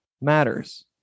matters